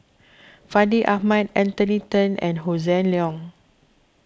Fandi Ahmad Anthony then and Hossan Leong